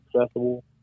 accessible